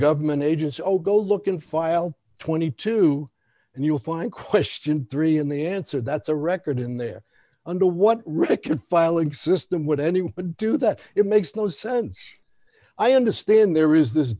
government agency oh go look in file twenty two and you'll find question three in the answer that's a record in there under what richard filing system would anyone would do that it makes no sense i understand there is this